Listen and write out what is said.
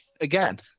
Again